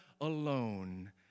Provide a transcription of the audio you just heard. alone